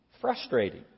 frustrating